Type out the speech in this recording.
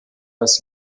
das